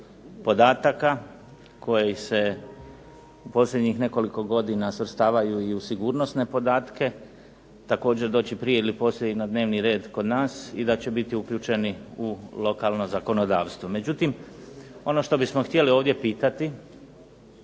podataka koji se posljednjih nekoliko godina svrstavaju i u sigurnosne podatke također doći prije ili poslije i na dnevni red kod nas i da će biti uključeni u lokalno zakonodavstvo. Međutim, ono što bismo htjeli ovdje pitati,